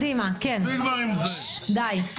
זה לא בסדר-היום.